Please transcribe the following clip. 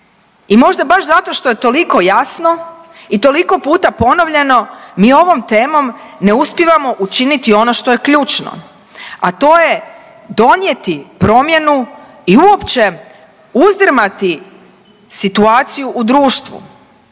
I možda baš zato što je toliko jasno i toliko puta ponovljeno mi ovom temom ne uspijevamo učiniti ono što je ključno, a to je donijeti promjenu i uopće uzdrmati situaciju u društvu.